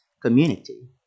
community